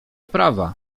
prawa